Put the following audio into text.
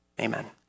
amen